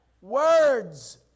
Words